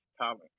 talent